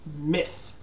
myth